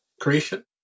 creation